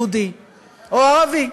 יהודי או ערבי.